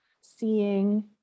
seeing